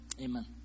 amen